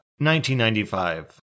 1995